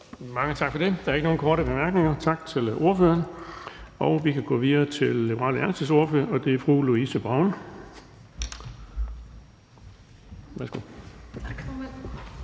Mange tak for det. Der er ikke nogen korte bemærkninger, tak til ordføreren. Vi går videre til Liberal Alliances ordfører, og det er fru Louise Brown. Kl.